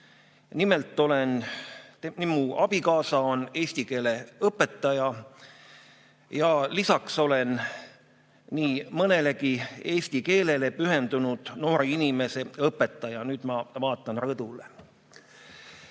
Nimelt, mu abikaasa on eesti keele õpetaja ja lisaks olen nii mõnelegi eesti keelele pühendunud noore inimese õpetaja. Nüüd ma vaatan rõdule.